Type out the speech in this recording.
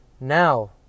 Now